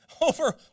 over